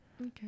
Okay